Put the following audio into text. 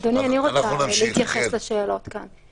אדוני, אני רוצה להתייחס לשאלות כאן.